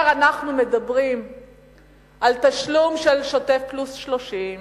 אנחנו מדברים על תשלום של שוטף פלוס 30,